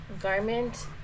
garment